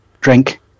drink